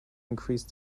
increased